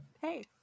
Hey